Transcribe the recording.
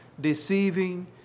deceiving